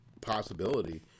possibility